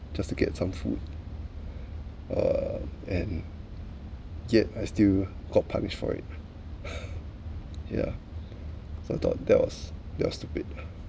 just to get some food uh and yet I still got punished for it yeah so I thought that was that was stupid